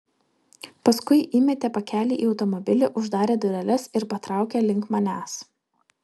paskui įmetė pakelį į automobilį uždarė dureles ir patraukė link manęs